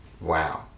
Wow